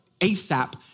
asap